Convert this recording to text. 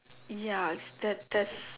ya that's that's